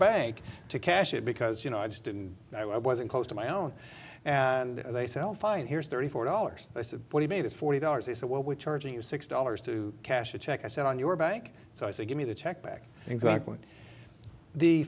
bank to cash it because you know i just didn't i wasn't close to my own and they sell fine here's thirty four dollars they said when he made his forty dollars he said well we're charging you six dollars to cash a check i said on your bank so i said give me the check back exactly the